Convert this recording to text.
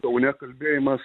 kaune kalbėjimas